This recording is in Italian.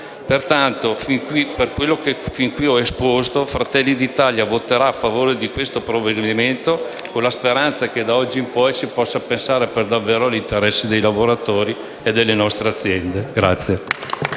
Pertanto, per quello che fin qui ho esposto, Fratelli d'Italia voterà a favore del provvedimento in esame, con la speranza che, da oggi in poi, si possa pensare per davvero agli interessi dei lavoratori e delle nostre aziende.